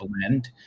blend